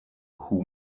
who